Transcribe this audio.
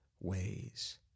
ways